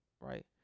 right